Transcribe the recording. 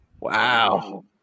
Wow